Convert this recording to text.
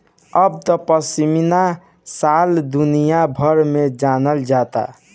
अब त पश्मीना शाल दुनिया भर में जानल जाता